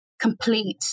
complete